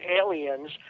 aliens